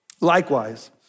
Likewise